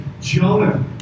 Jonah